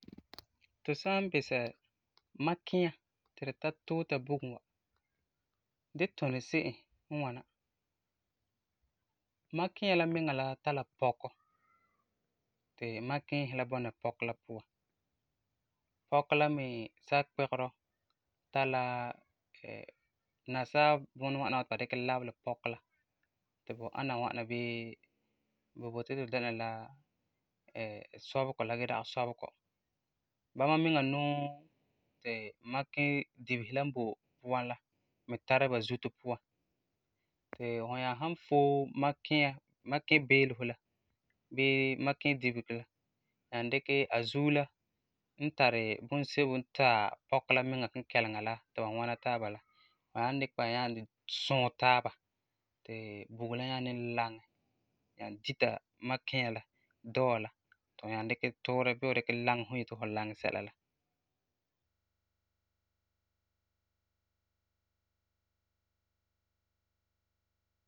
Tu san bisɛ, mankiya ti tu tara tuuta bugum wa, di tuni se'em n ŋwana. Mankiya la miŋa la tari la pɔkɔ ti mankiisi la bɔna pɔkɔ la puan. Pɔkɔ la me sakpigerɔ tari la nasaa bunɔ ŋwana wa ti ba dikɛ labelɛ pɔkɔ la ti ba ana ŋwana bii bu boti bu dɛna la sɔbegɔ la, gee dagena sɔbegɔ. Bama miŋa nuu ti manki-dibesi la n boi puan la me tara zuto puan, ti fu nyaa san foe mankiya, manki-beelefo la bii manki-dibesi la, nyaa dikɛ a zuo la n tari bunsebo n taɛ a pɔkɔ la miŋa kinkɛlesi la ti ba wɔna taaba la, fu san dikɛ nyaa suuɛ taaba, ti bugum la nyaa ni laŋɛ, nyaa dita mankiya la dɔɔ la, ti fu nyaa dikɛ tuurɛ bii fu dikɛ laŋɛ fum yeti fu dikɛ laŋɛ sɛla la.